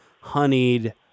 honeyed